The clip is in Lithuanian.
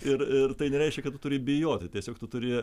ir ir tai nereiškia kad turi bijoti tiesiog tu turi